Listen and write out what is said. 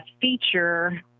feature